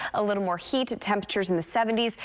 a little more heat, temperatures in the seventy s,